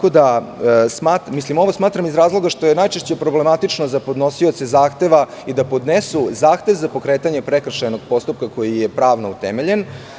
Ovo smatram iz razloga što je najčešće problematično za podnosioce zahteva, da podnesu zahtev za pokretanje prekršajnog postupka koji je pravno utemeljen.